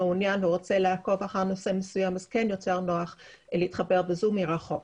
מעונין ורוצה לעקוב אחר נושא מסוים ואז יותר נוח להתחבר ב-זום מרחוק.